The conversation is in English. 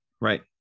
right